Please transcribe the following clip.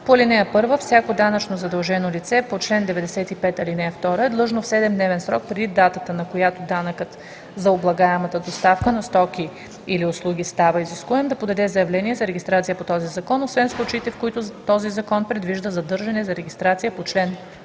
по ал. 1 всяко данъчно задължено лице по чл. 95, ал. 2 е длъжно в 7-дневен срок преди датата, на която данъкът за облагаемата доставка на стоки или услуги става изискуем, да подаде заявление за регистрация по този закон, освен в случаите, в които този закон предвижда задължение за регистрация по чл.